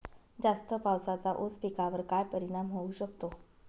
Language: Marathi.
जास्त पावसाचा ऊस पिकावर काय परिणाम होऊ शकतो?